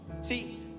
See